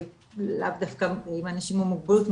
לאו דווקא עם האנשים המוגבלות,